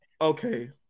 Okay